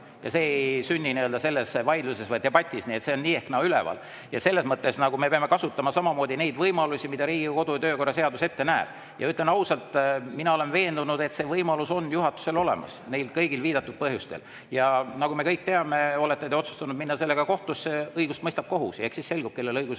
lahendus ei sünni selles vaidluses või debatis. See on nii või naa üleval. Aga me peame kasutama neid võimalusi, mida Riigikogu kodu- ja töökorra seadus ette näeb. Ja ütlen ausalt: mina olen veendunud, et see võimalus on juhatusel olemas neil kõigil viidatud põhjustel. Nagu me kõik teame, olete te otsustanud minna sellega kohtusse. Õigust mõistab kohus ja eks siis selgub, kellel õigus